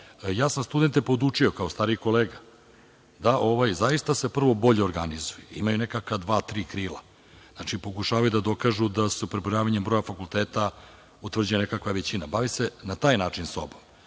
sam studente podučio kao stariji kolega da se zaista prvo bolje organizuju, imaju nekakva dva, tri krila. Pokušavaju da dokažu da su prebrojavanjem broja fakulteta utvrđena nekakva većina. Bavim se na taj način sobom.